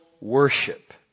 worship